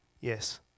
yes